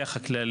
לתת